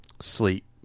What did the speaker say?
Sleep